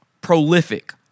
prolific